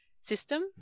system